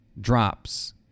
Drops